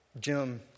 Jim